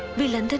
village